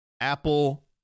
Apple